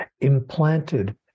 implanted